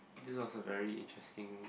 this was a very interesting